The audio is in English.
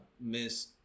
Miss